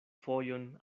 fojon